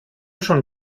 schon